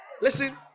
Listen